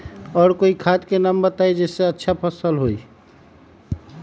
और कोइ खाद के नाम बताई जेसे अच्छा फसल होई?